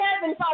heaven